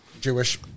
Jewish